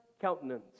countenance